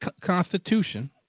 Constitution